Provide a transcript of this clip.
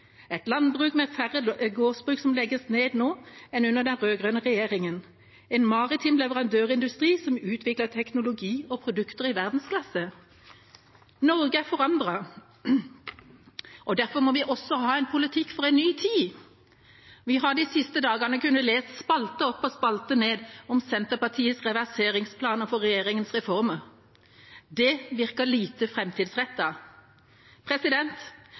et landbruk med færre gårdsbruk som legges ned nå enn under den rød-grønne regjeringa, en maritim leverandørindustri som utvikler teknologi og produkter i verdensklasse. Norge er forandret. Derfor må vi også ha en politikk for en ny tid. Vi har de siste dagene kunnet lese spalte opp og spalte ned om Senterpartiets reverseringsplaner for regjeringas reformer. Det virker lite